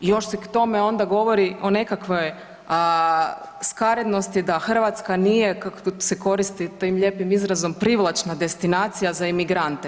Još se k tome onda govori o nekakvoj skarednosti da Hrvatska nije, kako se koristi tim lijepim izrazom, privlačna destinacija za emigrante.